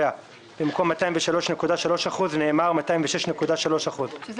והשינוי השני